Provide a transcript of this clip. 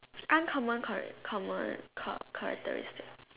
uncommon character common char~ characteristic